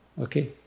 Okay